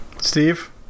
Steve